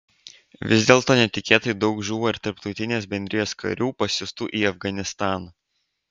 vis dėlto netikėtai daug žūva ir tarptautinės bendrijos karių pasiųstų į afganistaną